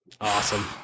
Awesome